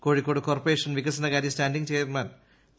Kozhikode corporation വികസനകാര്യ standing chairman P